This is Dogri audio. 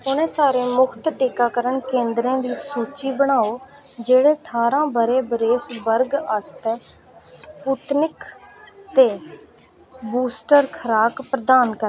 उ'नें सारे मुक्त टीकाकरण केंदरें दी सूची बनाओ जेह्ड़े ठारां ब'रे बरेस वर्ग आस्तै स्पुत्निक ते बूस्टर खराक प्रदान करदे